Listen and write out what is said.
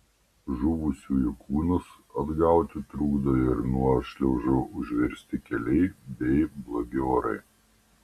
žuvusiųjų kūnus atgauti trukdo ir nuošliaužų užversti keliai bei blogi orai